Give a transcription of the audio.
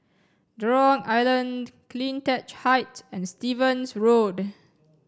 Jurong Island CleanTech Height and Stevens Road